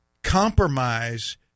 compromise